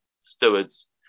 stewards